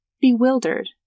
bewildered